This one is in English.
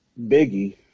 Biggie